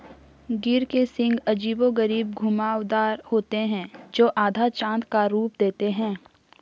गिर के सींग अजीबोगरीब घुमावदार होते हैं, जो आधा चाँद का रूप देते हैं